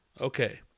okay